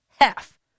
half